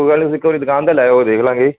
ਕੋਈ ਗੱਲ ਨੀ ਜੀ ਇਕ ਵਾਰੀ ਦੁਕਾਨ ਤੇ ਲੈ ਉਹ ਦੇਖ ਲਾਂਗੇ ਜੇ